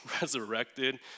resurrected